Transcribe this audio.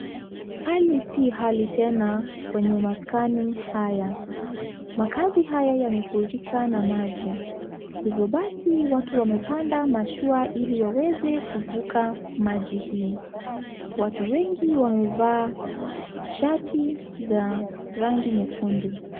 Hali si hali tena kwenye maskani haya. Makazi haya yamefurika na maji. Hivyo basi, watu wamepanda mashua ili waweze kuvuka maji hii. Watu wengi wamevaa shati za rangi nyekundu.